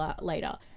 later